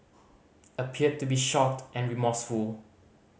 appeared to be shocked and remorseful